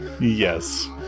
Yes